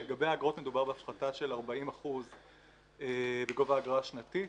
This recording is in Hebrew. לגבי האגרות מדובר בהפחתה של 40% בגובה אגרה שנתית